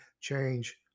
change